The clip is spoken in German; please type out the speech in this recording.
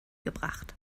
gebracht